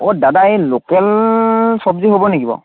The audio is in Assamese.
অঁ দাদা এই লোকেল চব্জি হ'ব নেকি বাৰু